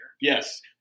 Yes